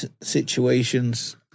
situations